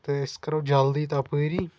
تہٕ أسۍ کَرو جلدی تَپٲری